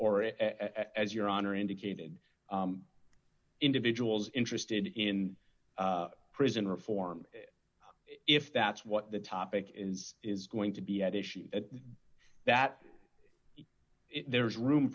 or as your honor indicated individuals interested in prison reform if that's what the topic is is going to be at issue that there is room